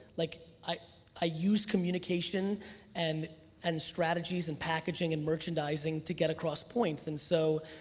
like i ah use communication and and strategies and packaging and merchandising to get across points, and so,